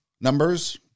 numbers